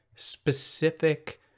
Specific